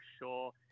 sure